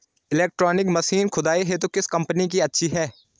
Electronic machine खुदाई हेतु किस कंपनी की अच्छी है?